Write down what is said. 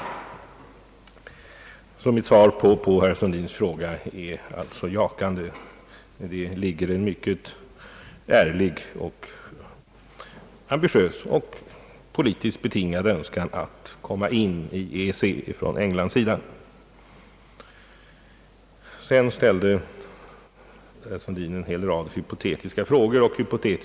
Mitt svar på herr Sundins fråga är alltså jakande. Det föreligger en mycket ärlig och politiskt betingad önskan att komma in i EEC från Englands sida. Herr Sundin ställde också en hel rad hypotetiska frågor.